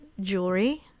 jewelry